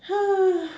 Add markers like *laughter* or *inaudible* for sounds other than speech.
*noise*